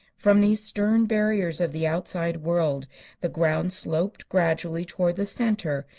from these stern barriers of the outside world the ground sloped gradually toward the center,